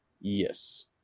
Yes